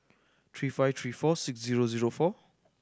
three five three four six zero zero four